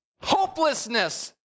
hopelessness